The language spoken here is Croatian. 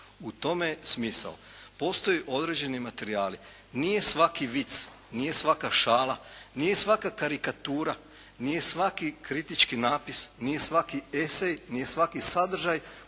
U tome je smisao. Postoje određeni materijali. Nije svaki vic, nije svaka šala, nije svaka karikatura, nije svaki kritički napis, nije svaki esej, nije svaki sadržaj